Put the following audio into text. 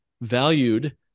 valued